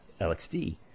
lxd